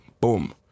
Boom